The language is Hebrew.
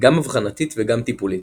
גם אבחנתית וגם טיפולית.